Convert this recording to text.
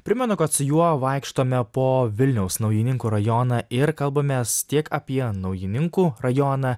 primenu kad su juo vaikštome po vilniaus naujininkų rajoną ir kalbamės tiek apie naujininkų rajoną